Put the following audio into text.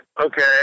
okay